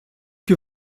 que